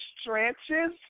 stretches